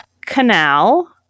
Canal